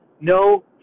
no